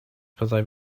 byddai